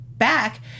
back